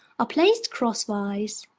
are placed crosswise.